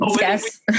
yes